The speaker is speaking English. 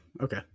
Okay